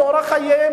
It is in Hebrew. זה אורח חייהם,